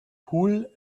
pool